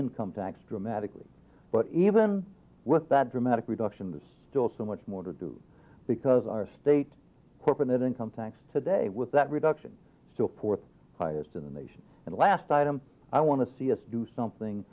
income tax dramatically but even with that dramatic reduction still so much more to do because our state corporate income tax today with that reduction still fourth highest in the nation and last item i want to see us do something